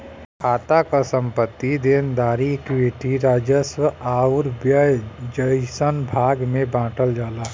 खाता क संपत्ति, देनदारी, इक्विटी, राजस्व आउर व्यय जइसन भाग में बांटल जाला